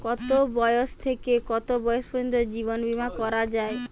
কতো বয়স থেকে কত বয়স পর্যন্ত জীবন বিমা করা যায়?